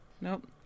Nope